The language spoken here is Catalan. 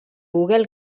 google